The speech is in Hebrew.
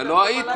אתה לא היית.